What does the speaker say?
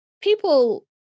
people